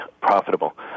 profitable